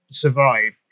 survive